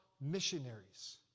missionaries